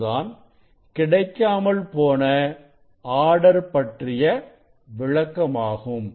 இதுதான் கிடைக்காமல் போன ஆர்டர் பற்றிய விளக்கமாகும்